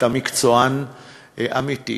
אתה מקצוען אמיתי,